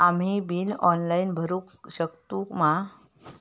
आम्ही bill online भरुक शकतू मा?